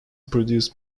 produced